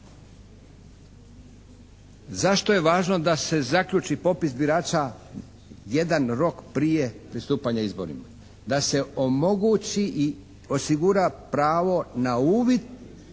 Zašto je važno da se zaključi popis birača jedan rok prije pristupanja izborima? Da se omogući i osigura pravo na uvid